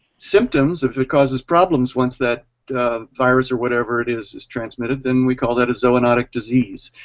symptoms, if it causes problems, once that virus or whatever it is is transmitted then we call that a zoonatic disease.